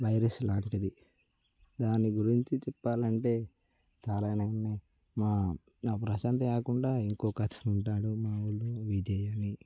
virus లాంటిది దాని గురించి చెప్పాలంటే చాలానే ఉన్నాయి మా నా ప్రశాంతే కాకుండా ఇంకొకతను ఉంటాడు మా ఊళ్ళో విజయ్ అని